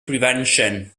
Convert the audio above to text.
prevention